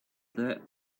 that